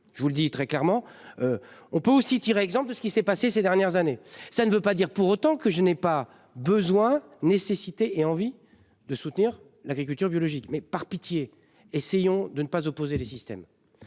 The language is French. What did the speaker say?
je vous le dis très clairement. On peut aussi tirer, exemple de ce qui s'est passé ces dernières années. Ça ne veut pas dire pour autant que je n'ai pas besoin nécessité et envie de soutenir l'agriculture biologique mais par pitié, essayant de ne pas opposer les systèmes.